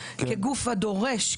כגוף הדורש,